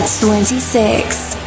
Twenty-six